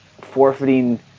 forfeiting